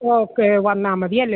okay വന്നാൽ മതിയല്ലേ